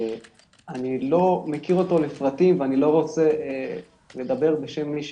אני לא מכיר אותו לפרטים ואני לא רוצה לדבר בשמו.